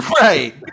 Right